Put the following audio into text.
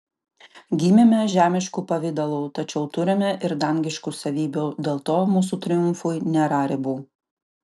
gimėme žemišku pavidalu tačiau turime ir dangiškų savybių dėl to mūsų triumfui nėra ribų